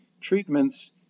treatments